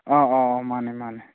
ꯑꯥ ꯑꯥ ꯑꯥ ꯃꯥꯅꯦ ꯃꯥꯅꯦ